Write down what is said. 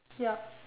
yup